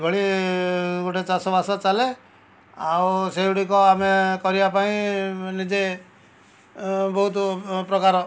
ଏଭଳି ଗୋଟେ ଚାଷ ବାସ ଚାଲେ ଆଉ ସେଗୁଡ଼ିକ ଆମେ କରିବା ପାଇଁ ନିଜେ ବହୁତ ପ୍ରକାର